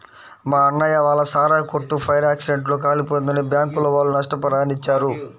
మా అన్నయ్య వాళ్ళ సారాయి కొట్టు ఫైర్ యాక్సిడెంట్ లో కాలిపోయిందని బ్యాంకుల వాళ్ళు నష్టపరిహారాన్ని ఇచ్చారు